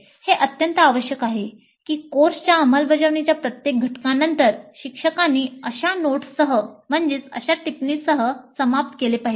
हे अत्यंत आवश्यक आहे की कोर्सच्या अंमलबजावणीच्या प्रत्येक घटका नंतर शिक्षकांनी अशा नोट्ससह समाप्त केले पाहिजे